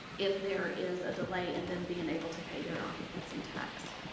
if there is a delay and then being able to pay their occupancy tax,